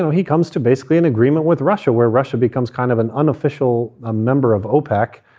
so he comes to basically an agreement with russia where russia becomes kind of an unofficial ah member of opec,